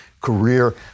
career